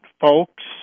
folks